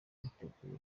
yiteguye